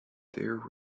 there